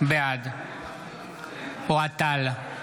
בעד אוהד טל,